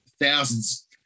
thousands